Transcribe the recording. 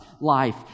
life